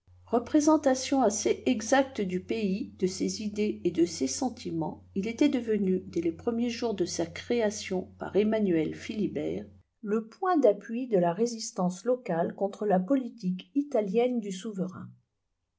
représentation assez exacte du pays de ses idées et de ses sentiments il était devenu dès le premier jour de sa création par emmanuel philibert le point d'appui de la résistance locale contre la politique italienne du souverain